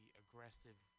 aggressive